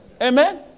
Amen